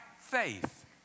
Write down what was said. faith